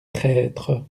traîtres